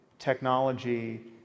technology